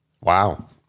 wow